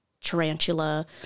tarantula